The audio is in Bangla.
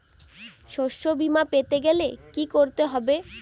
শষ্যবীমা পেতে গেলে কি করতে হবে?